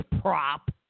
prop